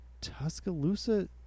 Tuscaloosa